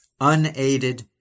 unaided